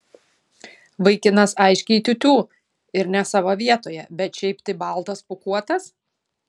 vaikinas aiškiai tiū tiū ir ne savo vietoje bet šiaip tai baltas pūkuotas